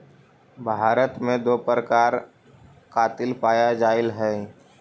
भारत में दो प्रकार कातिल पाया जाईल हई